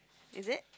is it